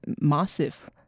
massive